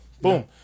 Boom